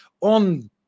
on